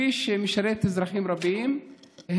הכביש משרת אזרחים רבים,